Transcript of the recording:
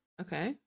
Okay